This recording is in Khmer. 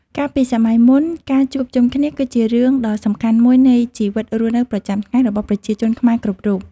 កាលពីសម័យមុនការជួបជុំគ្នា គឺជារឿងដ៏សំខាន់មួយនៃជីវិតរស់នៅប្រចាំថ្ងៃរបស់ប្រជាជនខ្មែរគ្រប់រូប។